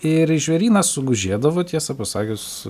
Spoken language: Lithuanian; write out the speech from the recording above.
ir į žvėryną sugužėdavo tiesą pasakius